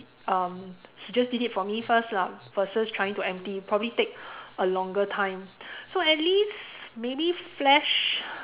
um he just did it for me first lah versus trying to empty probably take a longer time so at least maybe flash